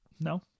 No